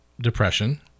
depression